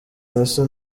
hasi